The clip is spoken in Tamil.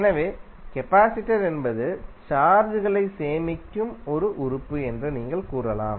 எனவே கெபாசிடர் என்பது சார்ஜ்களை சேமிக்கும் ஒரு உறுப்பு என்று நீங்கள் கூறலாம்